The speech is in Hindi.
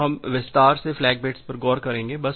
तो हम विस्तार से फ्लैग बिट्स पर गौर करेंगे